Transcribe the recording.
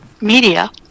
media